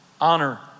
honor